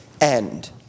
end